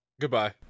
Goodbye